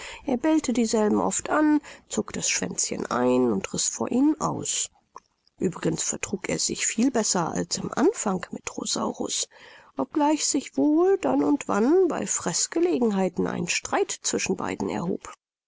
er bellte dieselben oft an zog das schwänzchen ein und riß vor ihnen aus uebrigens vertrug er sich viel besser als im anfang mit rosaurus obgleich sich wohl dann und wann bei freßgelegenheiten ein streit zwischen beiden erhob